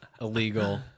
Illegal